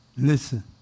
Listen